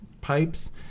pipes